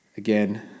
Again